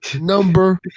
number